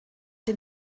den